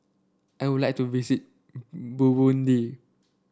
I would like to visit Burundi